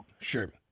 Sure